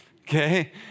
Okay